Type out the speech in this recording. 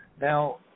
Now